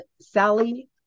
Sally